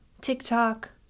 TikTok